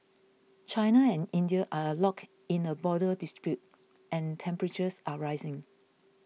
China and India are locked in a border dispute and temperatures are rising